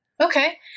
Okay